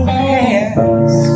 hands